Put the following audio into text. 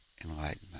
enlightenment